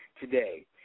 today